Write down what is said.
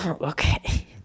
okay